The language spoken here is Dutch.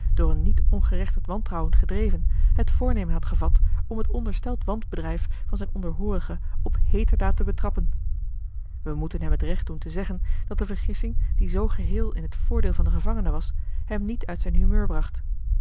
door een niet ongerechtigd wantrouwen gedreven het voornemen had gevat om het ondersteld wanbedrijf van zijn onderhoorige op heeterdaad te betrappen wij moeten hem het recht doen te zeggen dat de vergissing die zoo geheel in t voordeel van den gevangene was hem niet uit zijn humeur bracht